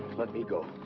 let me go.